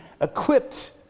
equipped